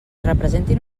representin